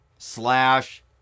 Slash